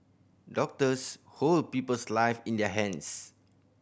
doctors hold people's live in their hands